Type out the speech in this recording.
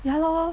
ya lor